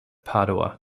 padua